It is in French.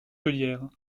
chaudière